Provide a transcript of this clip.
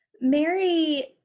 Mary